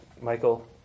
Michael